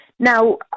Now